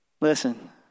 Listen